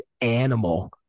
animal